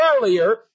earlier